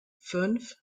fünf